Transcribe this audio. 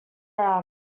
brown